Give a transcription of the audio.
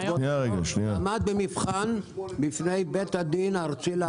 עמד במבחן בפני בית הדין הארצי לעבודה.